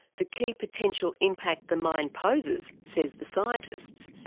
the key potential impact the mine poses, says the scientists,